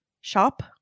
shop